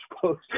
supposed